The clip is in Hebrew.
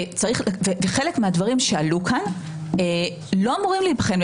חלק מהדברים שעלו כאן לא אמורים להיבחן.